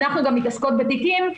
אנחנו גם מתעסקות בתיקים,